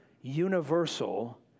universal